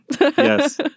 Yes